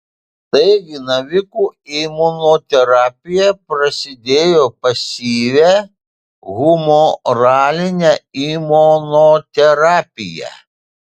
taigi navikų imunoterapija prasidėjo pasyvia humoraline imunoterapija